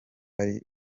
ari